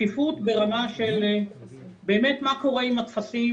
שקיפות ברמה של באמת מה קורה עם הטפסים